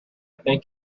think